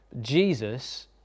Jesus